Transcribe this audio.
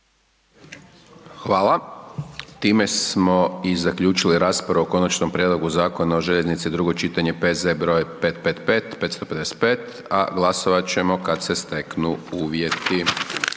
Hvala. Time smo i zaključili raspravu o Konačnom prijedlogu Zakona o željeznici, drugo čitanje, P.Z. br. 555., a glasovat ćemo kad se steknu uvjeti.